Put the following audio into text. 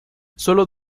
sólo